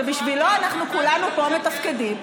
שבשבילו אנחנו כולנו מתפקדים,